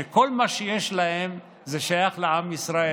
שכל מה שיש להם שייך לעם ישראל.